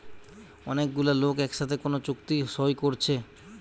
অনেক গুলা লোক একসাথে কোন চুক্তি সই কোরছে